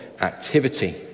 activity